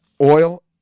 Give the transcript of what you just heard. oil